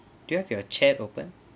do you have your chat open